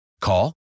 call